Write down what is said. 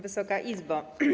Wysoka Izbo!